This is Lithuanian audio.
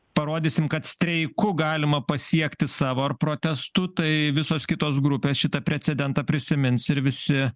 parodysim kad streiku galima pasiekti savo ar protestu tai visos kitos grupės šitą precedentą prisimins ir visi